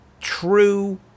true